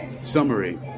Summary